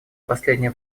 последнее